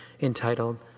entitled